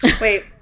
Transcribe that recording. Wait